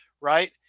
right